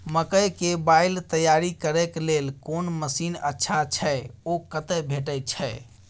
मकई के बाईल तैयारी करे के लेल कोन मसीन अच्छा छै ओ कतय भेटय छै